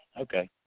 Okay